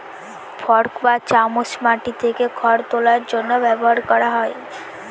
fork বা চামচ মাটি থেকে খড় তোলার জন্য ব্যবহার করা হয়